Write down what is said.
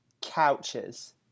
couches